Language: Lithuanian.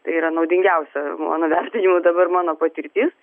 tai yra naudingiausia mano vertinimu dabar mano patirtis